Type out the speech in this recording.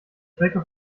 strecke